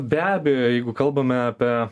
be abejo jeigu kalbame apie